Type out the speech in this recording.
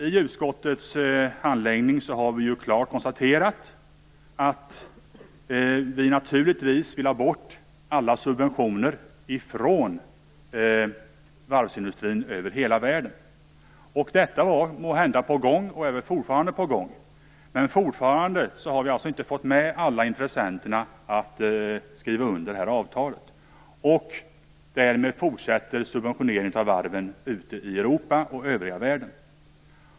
I utskottets handläggning har vi klart konstaterat att vi naturligtvis vill ha bort alla subventioner från varvsindustrin över hela världen. Detta var måhända på gång, och är väl fortfarande på gång. Men alla intressenter har fortfarande inte skrivit under avtalet. Därmed fortsätter subventioneringen av varven ute i Europa och i övriga världen.